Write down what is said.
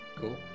Cool